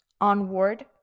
Onward